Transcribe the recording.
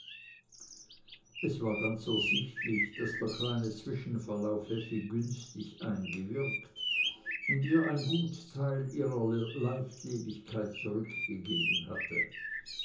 es war ganz ersichtlich daß der kleine zwischenfall auf effi günstig eingewirkt und ihr ein gut teil ihrer leichtlebigkeit zurückgegeben hatte